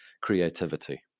creativity